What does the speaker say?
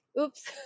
Oops